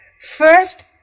first